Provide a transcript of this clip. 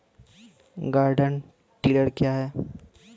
Garden tiller क्या हैं?